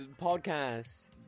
podcast